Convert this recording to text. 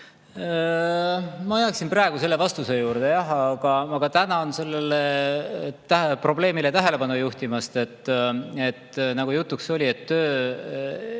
Ma jääksin praegu selle vastuse juurde, jah. Aga tänan sellele probleemile tähelepanu juhtimast. Nagu jutuks oli, tööd